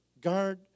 guard